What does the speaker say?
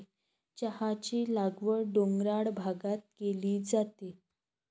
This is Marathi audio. चहाची लागवड डोंगराळ भागात केली जाते